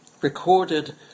recorded